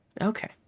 Okay